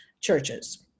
churches